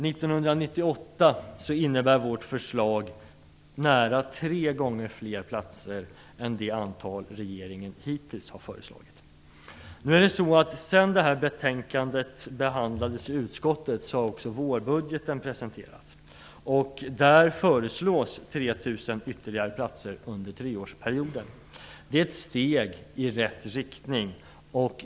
Vårt förslag innebär att vi 1998 har nära tre gånger fler platser än det antal regeringen hittills har föreslagit. Sedan betänkandet behandlades i utskottet har vårbudgeten presenterats. Där föreslås ytterligare 3 000 platser under treårsperioden. Det är ett steg i rätt riktning.